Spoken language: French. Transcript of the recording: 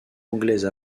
anglaise